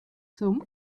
zum